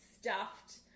stuffed